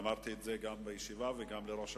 ואמרתי את זה גם בישיבה וגם לראש הממשלה,